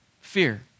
Fear